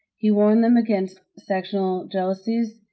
he warned them against sectional jealousies.